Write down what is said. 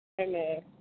Amen